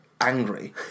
angry